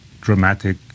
dramatic